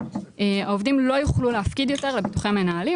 העובדים לא יוכלו להפקיד יותר לביטוחי מנהלים.